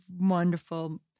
wonderful